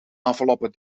enveloppen